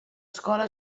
escola